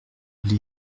les